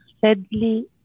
sadly